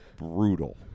brutal